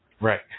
Right